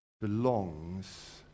belongs